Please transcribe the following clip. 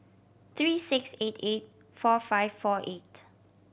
three six eight eight four five four eight